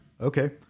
okay